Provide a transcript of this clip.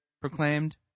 proclaimed